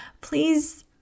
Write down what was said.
please